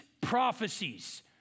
prophecies